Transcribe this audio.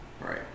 Right